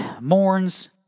mourns